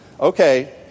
okay